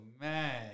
man